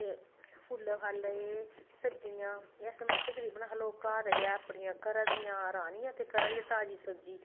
ते फुल्ले फल्ले एह् सब्जियां एह् असें मतलब तकरीबन अस लोक घर गै अपनियां घरा दियां राह्नियां ते घरा दी गै ताज़ी सब्जी